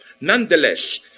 nonetheless